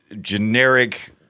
generic